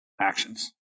actions